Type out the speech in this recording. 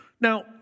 Now